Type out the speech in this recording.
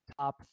top